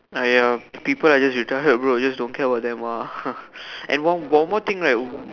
!aiya! people are just retarded bro just don't care about them ah and one more thing right